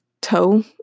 toe